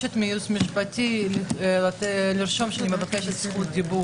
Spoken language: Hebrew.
ואני מבקשת מהייעוץ המשפטי לרשום שאני מבקשת זכות דיבור,